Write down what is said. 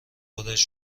خودش